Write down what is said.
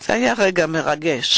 זה היה רגע מרגש,